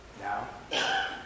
Now